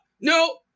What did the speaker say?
no